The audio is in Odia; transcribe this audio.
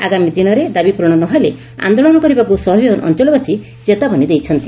ଆଗାମୀ ଦିନରେ ଦାବି ପୂରଣ ନ ହେଲେ ଆନ୍ଦୋଳନ କରିବାକୁ ସ୍ୱାଭିମାନ ଅଞ୍ଞଳବାସୀ ଚେତାବନୀ ଦେଇଛନ୍ତି